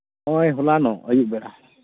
ᱱᱚᱜᱼᱚᱭ ᱦᱚᱞᱟᱱᱚᱜ ᱟᱹᱭᱩᱵ ᱵᱮᱲᱟ